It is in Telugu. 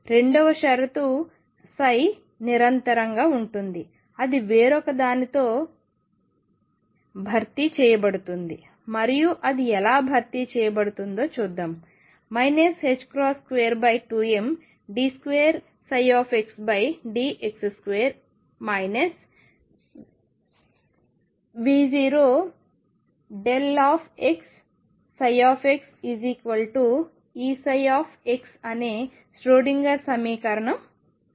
రెండవ షరతు నిరంతరంగా ఉంటుంది అది వేరొక దానితో భర్తీ చేయబడుతుంది మరియు అది ఎలా భర్తీ చేయబడుతుందో చూద్దాం 22md2xdx2 V0xxEψ అనే ష్రోడింగర్ సమీకరణం ఉంది